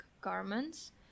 garments